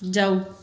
जाऊ